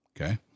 okay